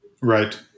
right